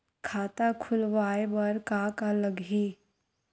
खाता खुलवाय बर का का लगही?